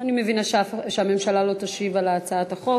אני מבינה שהממשלה לא תשיב על הצעת החוק.